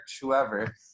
whoever